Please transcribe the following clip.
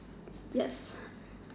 yes